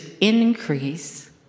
increase